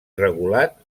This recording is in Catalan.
regulat